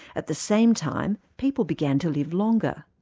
at the same time, people began to live longer.